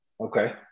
Okay